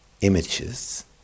images